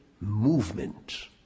movement